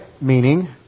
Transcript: meaning